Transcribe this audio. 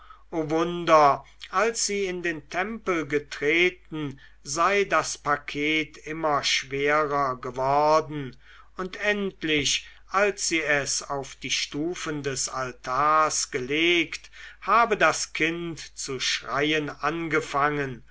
wunder als sie in den tempel getreten sei das paket immer schwerer geworden und endlich als sie es auf die stufen des altars gelegt habe das kind zu schreien angefangen